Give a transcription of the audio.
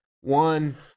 one